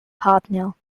partner